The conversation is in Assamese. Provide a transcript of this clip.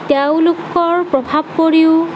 তেওঁলোকৰ প্ৰভাৱ পৰিও